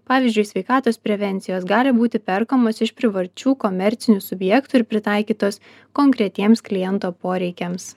pavyzdžiui sveikatos prevencijos gali būti perkamos iš privačių komercinių subjektų ir pritaikytos konkretiems kliento poreikiams